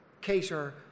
cater